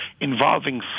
involving